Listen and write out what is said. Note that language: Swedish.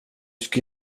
ska